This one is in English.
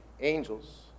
angels